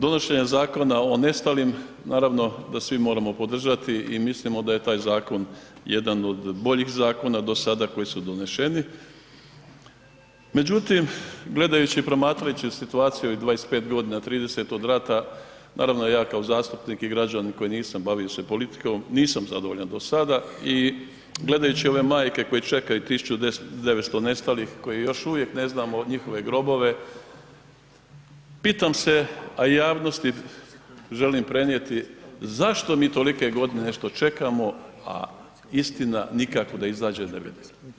Donošenjem zakona o nestalim naravno da svi moramo podržati i mislimo da je taj zakon jedan od boljih zakona do sada koji su doneseni međutim gledajući i promatrajući situaciju u 25 g., 30 od rata, naravno ja kao zastupnik i građanin koji nisam bavio se politikom, nisam zadovoljan do sada i gledajući ove majke koje čekaju 1900 nestalih koje još uvijek ne znam njihove grobove, pitam se a javnosti želim prenijeti zašto mi tolike godine nešto čekamo a istina nikako da izađe na vidjelo?